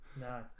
no